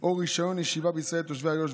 או רישיון ישיבה בישראל לתושבי איו"ש